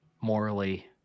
morally